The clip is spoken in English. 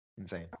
insane